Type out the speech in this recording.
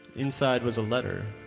inside was a letter.